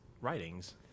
writings